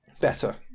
Better